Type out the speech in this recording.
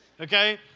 Okay